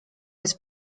jest